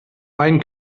einen